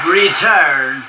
return